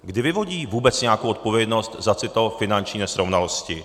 Kdy vyvodí vůbec nějakou odpovědnost za tyto finanční nesrovnalosti?